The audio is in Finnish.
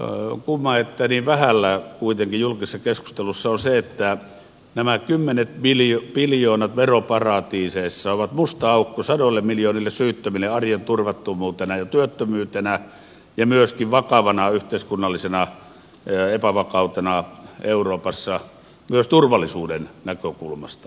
kumma että niin vähällä huomiolla kuitenkin julkisessa keskustelussa on se että nämä kymmenet biljoonat veroparatiiseissa ovat musta aukko sadoille miljoonille syyttömille arjen turvattomuutena ja työttömyytenä ja myöskin vakavana yhteiskunnallisena epävakautena euroopassa myös turvallisuuden näkökulmasta